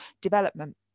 development